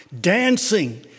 dancing